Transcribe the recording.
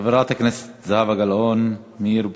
חברת הכנסת זהבה גלאון, מאיר פרוש,